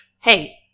hey